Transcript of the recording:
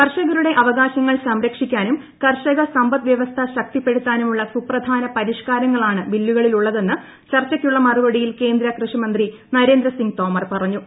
കർഷകരുടെ അവകാശങ്ങൾ സംരക്ഷിക്കാനും ക്ട്ർഷക സമ്പദ്വ്യവസ്ഥ ശക്തിപ്പെടുത്താനുമുള്ള സുപ്പിട്ടുന്ന് പരിഷ്കാരങ്ങളാണ് ബില്ലുകളിലുള്ളതെന്ന് ചർച്ചയ്ക്കുള്ള മറുപടിയിൽ കേന്ദ്ര കൃഷിമന്ത്രി നരേന്ദ്രസിംഗ് തോമർ പറഞ്ഞൂ